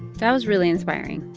that was really inspiring.